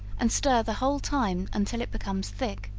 and stir the whole time until it becomes thick.